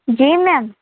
जी ma'am